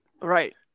Right